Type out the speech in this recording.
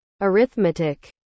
arithmetic